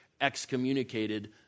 excommunicated